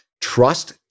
trust